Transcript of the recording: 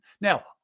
Now